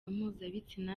mpuzabitsina